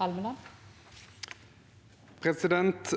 Almeland (V)